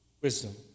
wisdom